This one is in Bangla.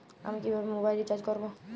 আমি কিভাবে মোবাইল রিচার্জ করব?